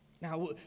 Now